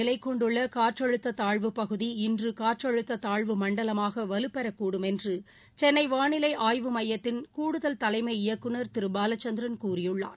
நிலைகொண்டுள்ளகாற்றழுத்ததாழ்வுப்பகுதி வங்கக்கடலில் இன்றுகாற்றழுத்ததாழ்வு மண்டலமாகவலுப்பெறக்கூடும் என்றுசென்னைவாளிலைஆய்வு மையத்தின் கூடுதல் தலைமை இயக்குநர் திருபாலச்சந்திரன் கூறியுள்ளார்